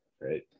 right